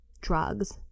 drugs